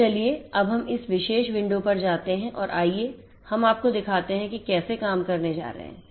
तो चलिए अब हम इस विशेष विंडो पर जाते हैं और आइए हम आपको दिखाते हैं कि कैसे काम करने जा रहे हैं